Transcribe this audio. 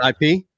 IP